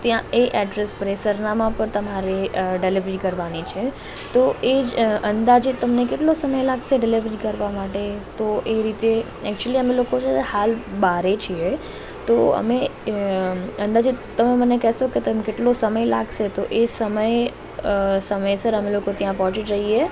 ત્યાં એ એડ્રેસ પર એ સરનામા પર તમારે ડેલીવરી કરવાની છે તો એજ અંદાજે તમને કેટલો સમય લાગશે ડેલીવરી કરવા માટે તો એ રીતે એક્ચુલી અમે લોકો જો છે હાલ બહાર છીએ તો અમે અંદાજે તમે મને કેશો કેટલો સમય લાગશે તો અમે એ સમયે સમયસર અમે લોકો ત્યાં પહોંચી જઈએ